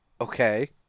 okay